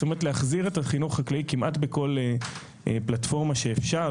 זאת אומרת להחזיר את החינוך החקלאי כמעט בכל פלטפורמה שאפשר.